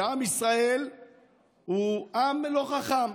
שעם ישראל הוא עם לא חכם,